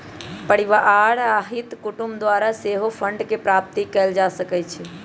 परिवार आ हित कुटूम द्वारा सेहो फंडके प्राप्ति कएल जा सकइ छइ